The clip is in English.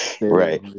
Right